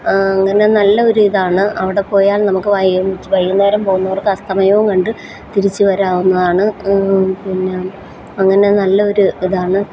അങ്ങനെ നല്ല ഒരു ഇതാണ് അവിടെ പോയാൽ നമുക്ക് വൈകുന്നേരം പോകുന്നവർക്ക് അസ്തമയോം കണ്ട് തിരിച്ച് വരാവുന്നതാണ് പിന്നെ അങ്ങനെ നല്ല ഒരു ഇതാണ്